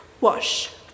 Wash